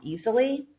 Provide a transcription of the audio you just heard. easily